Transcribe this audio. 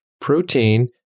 protein